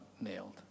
nailed